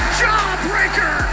jawbreaker